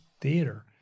theater